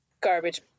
garbage